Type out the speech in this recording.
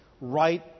right